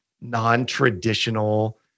non-traditional